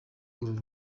uru